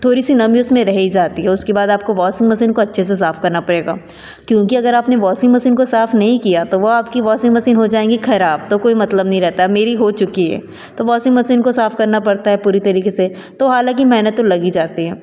थोड़ी सी नमी उसमें रह ही जाती है उसके बाद आपको वॉसिंग मसीन को अच्छे से साफ़ करना पड़ेगा क्योंकि अगर आपने वॉसिंग मसीन को साफ़ नहीं किया तो वह आपकी वॉसिंग मसीन हो जाएँगी खराब तो कोई मतलब नहीं रहता मेरी हो चुकी है तो वॉसिंग मसीन को साफ़ करना पड़ता है पूरी तरीके से तो हालाँकि मेहनत तो लग ही जाती है